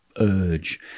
urge